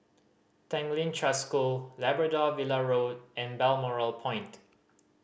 Tanglin Trust School Labrador Villa Road and Balmoral Point